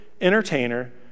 entertainer